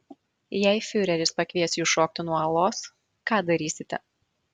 jei fiureris pakvies jus šokti nuo uolos ką darysite